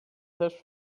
sages